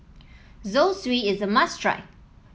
Zosui is a must try